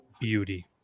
beauty